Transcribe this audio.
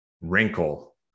wrinkle